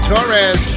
Torres